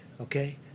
Okay